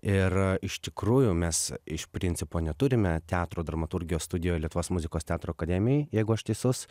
ir iš tikrųjų mes iš principo neturime teatro dramaturgijos studijų lietuvos muzikos teatro akademijoj jeigu aš teisus